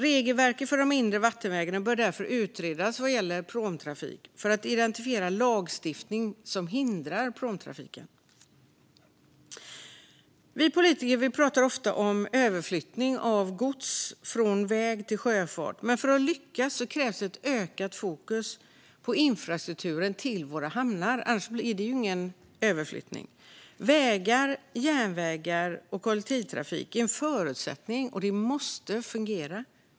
Regelverket för de inre vattenvägarna bör därför utredas vad gäller pråmtrafik för att identifiera lagstiftning som hindrar pråmtrafik. Vi politiker pratar ofta om överflyttning av gods från väg till sjöfart. Men för att lyckas krävs ett ökat fokus på infrastrukturen till våra hamnar, annars blir det ingen överflyttning. Vägar, järnvägar och kollektivtrafik är en förutsättning och måste fungera.